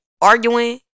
Arguing